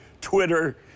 Twitter